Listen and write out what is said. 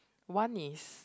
one is